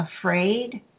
afraid